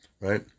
right